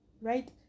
right